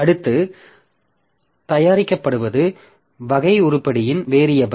அடுத்து தயாரிக்கப்படுவது வகை உருப்படியின் வேரியபில்